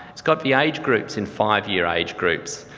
it's got the age groups in five-year age groups,